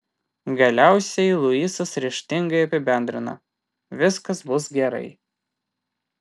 galiausiai luisas ryžtingai apibendrina viskas bus gerai